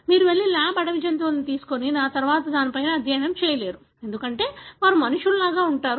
మీరు వెళ్లి ల్యాబ్ అడవి జంతువును తీసుకొని ఆ తర్వాత దానిపై అధ్యయనం చేయలేరు ఎందుకంటే వారు మనుషులలా ఉన్నారు